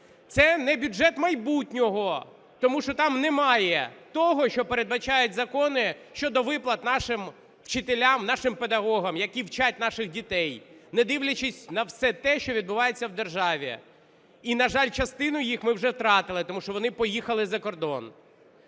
Це не бюджет майбутнього, тому що там немає того, що передбачають закони щодо виплат нашим вчителям, нашим педагогам, які вчать наших дітей, не дивлячись на все те, що відбувається в державі. І, на жаль, частину їх ми вже втратили, тому вони поїхали за кордон.